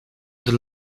the